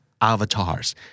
avatars